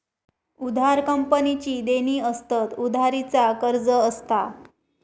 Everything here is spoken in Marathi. उधार कंपनीची देणी असतत, उधारी चा कर्ज असता